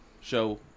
show